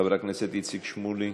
חבר הכנסת איציק שמולי,